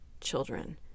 children